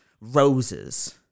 roses